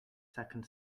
second